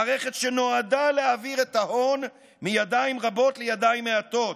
מערכת שנועדה להעביר את ההון מידיים רבות לידיים מעטות,